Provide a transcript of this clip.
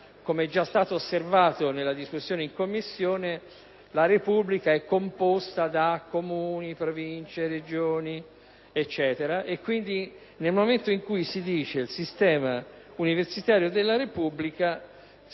come è già stato osservato nella discussione in Commissione - la Repubblica è composta da Comuni, Province e Regioni e, nel momento in cui si scrive «al sistema universitario della Repubblica»